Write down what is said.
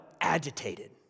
agitated